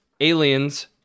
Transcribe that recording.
Aliens